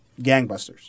Gangbusters